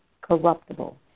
corruptible